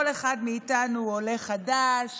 כל אחד מאיתנו הוא עולה חדש,